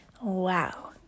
Wow